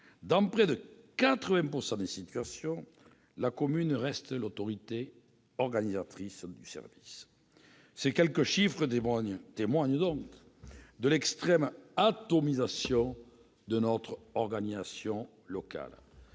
dans près de 80 % des situations, la commune reste l'autorité organisatrice du service. Ces quelques chiffres témoignent de l'extrême atomisation de notre organisation locale.